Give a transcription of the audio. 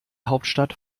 hauptstadt